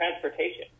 transportation